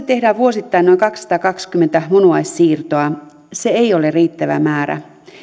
tehdään vuosittain noin kaksisataakaksikymmentä munuaissiirtoa se ei ole riittävä määrä